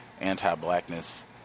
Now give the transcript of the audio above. Anti-blackness